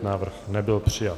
Návrh nebyl přijat.